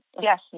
yes